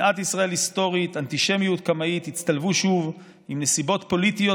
שנאת ישראל היסטורית ואנטישמיות קמאית הצטלבו שוב עם נסיבות פוליטיות,